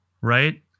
Right